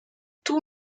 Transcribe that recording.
tout